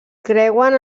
creuen